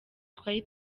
twari